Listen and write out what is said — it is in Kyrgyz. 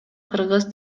кыргыз